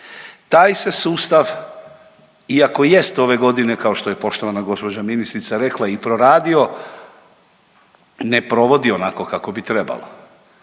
Taj se sustav iako jest ove godine kao što je poštovana gospođa ministrica rekla i proradio, ne provodi onako kako bi trebalo.